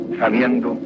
sabiendo